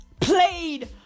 played